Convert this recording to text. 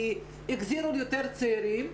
כי החזירו יותר צעירים.